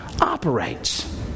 operates